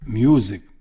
music